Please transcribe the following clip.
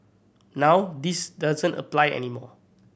now this doesn't apply any more